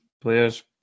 players